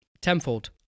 tenfold